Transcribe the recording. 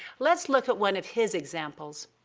let's look at one of his examples.